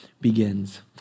begins